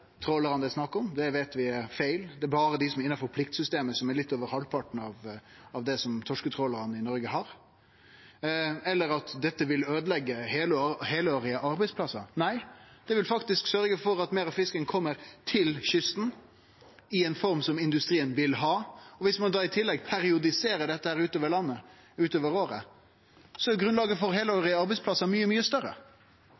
Det veit vi er feil. Det gjeld berre dei som er innanfor pliktsystemet, som er litt over halvparten av det som torsketrålarane i Noreg har – og at dette vil øydeleggje heilårige arbeidsplassar. Nei, det vil faktisk sørgje for at meir av fisken kjem til kysten i ei form som industrien vil ha. Viss ein i tillegg periodiserer dette utover landet og utover året, er grunnlaget for